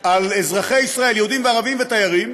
על אזרחי ישראל, יהודים, ערבים ותיירים,